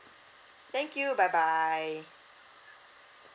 thank you bye bye